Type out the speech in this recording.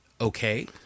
okay